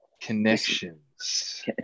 Connections